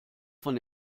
von